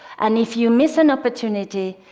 and if you miss an opportunity,